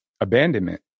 abandonment